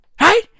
right